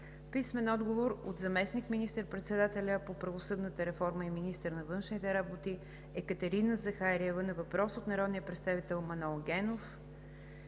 Генов; - заместник министър-председателя по правосъдната реформа и министър на външните работи Екатерина Захариева на въпрос от народния представител Манол Генов;